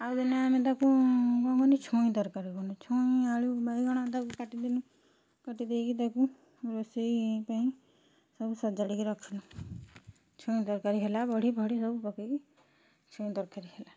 ଆଉ ଦିନେ ଆମେ ତାକୁ କ'ଣ କଲୁ ଛୁଇଁ ତରକାରୀ କଲୁ ଛୁଇଁ ଆଳୁ ବାଇଗଣ ତାକୁ କାଟିଦେନୁ କାଟିଦେଇକି ତାକୁ ରୋଷେଇ ପାଇଁ ସବୁ ସଜାଡ଼ିକି ରଖିନୁ ଛୁଇଁ ତରକାରୀ ହେଲା ବଢ଼ି ଫଡ଼ି ସବୁ ପକାଇକି ଛୁଇଁ ତରକାରୀ ହେଲା